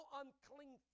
unclean